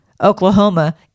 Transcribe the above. Oklahoma